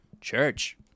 church